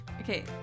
okay